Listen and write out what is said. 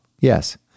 Yes